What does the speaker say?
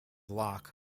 locke